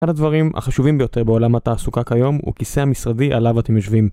אחד הדברים החשובים ביותר בעולם התעסוקה כיום, הוא כיסא המשרדי עליו אתם יושבים